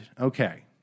okay